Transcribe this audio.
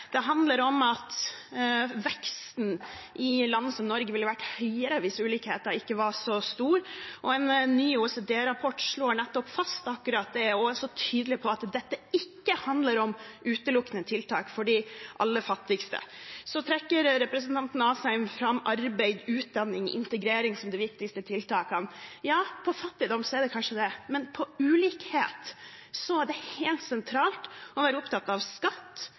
Det handler om at veksten i land som Norge ville vært større hvis ulikheten ikke var så stor. En ny OECD-rapport slår nettopp fast akkurat det og er også tydelig på at dette ikke handler om tiltak utelukkende for de aller fattigste. Så trekker representanten Asheim fram arbeid, utdanning og integrering som de viktigste tiltakene. Ja, mot fattigdom er de kanskje det, men når det gjelder ulikhet, er det helt sentralt å være opptatt av skatt,